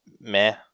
meh